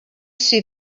see